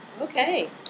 Okay